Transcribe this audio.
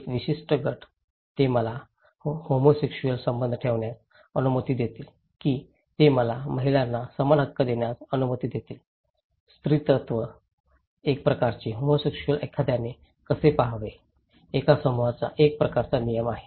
एक विशिष्ट गट ते मला होमोसेक्सऊल संबंध देण्यास अनुमती देतील की ते मला महिलांना समान हक्क देण्यास अनुमती देतील स्त्रीत्व एक प्रकारची होमोसेक्सऊल एखाद्याने कसे पहावे एका समूहाचा हा एक प्रकारचा नियम आहे